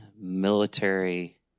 military